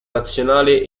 nazionale